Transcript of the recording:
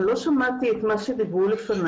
אני לא שמעתי את מה שדיברנו לפני,